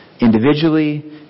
individually